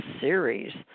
series